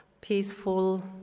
peaceful